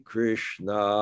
Krishna